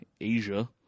Asia